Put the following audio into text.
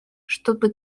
чтобы